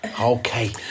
Okay